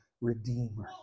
Redeemer